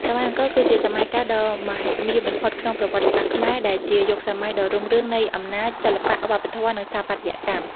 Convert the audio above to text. សម័យអង្គរគឺជាសម័យកាលដ៏មហិមាបំផុតក្នុងប្រវត្តិសាស្ត្រខ្មែរ ដែលជាយុគសម័យដ៏រុងរឿងនៃអំណាច សិល្បៈ វប្បធម៌ និងស្ថាបត្យកម្ម។